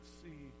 see